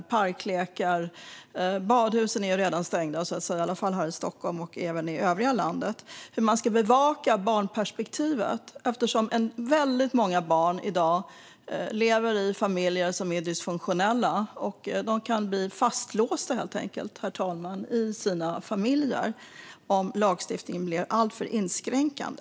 Det gäller parklekar - badhusen är redan stängda här i Stockholm och i övriga landet. Hur ska man bevaka barnperspektivet? Väldigt många barn lever i dag i familjer som är dysfunktionella, och de kan helt enkelt bli fastlåsta där om lagstiftningen blir alltför inskränkande.